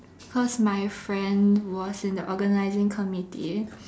cause my friend was in the organizing committee